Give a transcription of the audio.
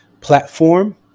platform